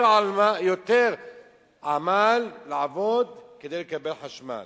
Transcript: יותר עמל, לעבוד, כדי לקבל חשמל.